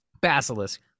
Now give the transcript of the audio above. basilisk